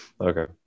Okay